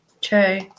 True